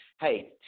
Hey